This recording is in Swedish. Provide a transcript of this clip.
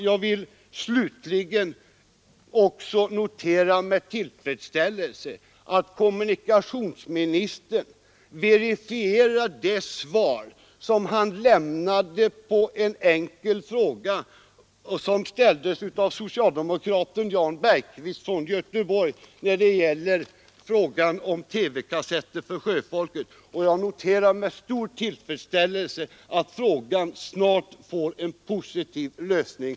Jag vill slutligen med stor tillfredsställelse notera att kommunikationsministern verifierar det svar som han lämnade på en enkel fråga av socialdemokraten Jan Bergqvist från Göteborg beträffande TV-kassetter för sjöfolket och att frågan snart får en positiv lösning.